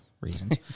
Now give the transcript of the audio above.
reasons